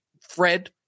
Fred